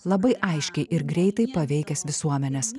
labai aiškiai ir greitai paveikęs visuomenes